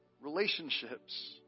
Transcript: relationships